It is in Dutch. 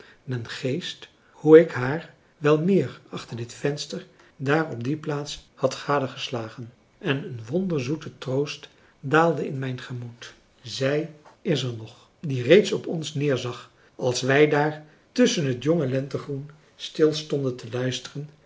den geest hoe ik haar wel meer achter dit venster daar op die plaats had gadegeslagen en een wonderzoete troost daalde in mijn gemoed zij is er nog die reeds op ons neerzag als wij daar tusschen het jonge lentegroen stil stonden te luisteren